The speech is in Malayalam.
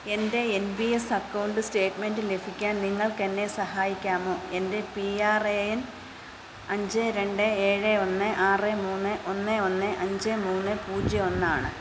എൻ്റെ N P S account statement ലഭിക്കാൻ നിങ്ങൾക്ക് എന്നെ സഹായിക്കാമോ എൻ്റെ പി ആർ എ എൻ അഞ്ച് രണ്ട് ഏഴ് ഒന്ന് ആറ് മുന്ന് ഒന്ന് ഒന്ന് അഞ്ച് മൂന്ന് പൂജ്യം ഒന്ന് ആണ്